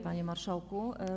Panie Marszałku!